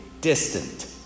distant